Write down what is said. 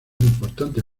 importante